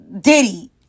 Diddy